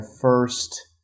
first